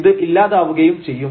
ഇത് ഇല്ലാതാവുകയും ചെയ്യും